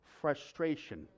frustration